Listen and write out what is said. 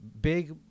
big